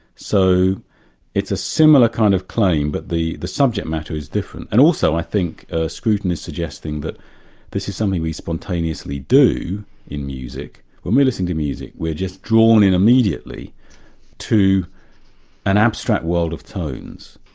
so it's a similar kind of plane, but the the subject matter is different, and also i think scruton is suggesting that this is something we spontaneously do in music. when we listen to music we're just drawn in immediately to an abstract world of tones,